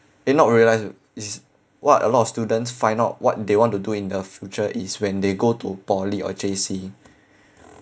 eh not realise is what a lot of students find out what they want to do in the future is when they go to poly or J_C